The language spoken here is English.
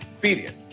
period